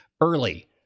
early